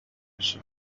بشه